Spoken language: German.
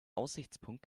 aussichtspunkt